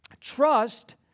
trust